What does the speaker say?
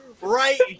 right